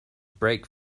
brake